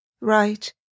Right